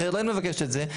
אחרת לא היית מבקשת את זה,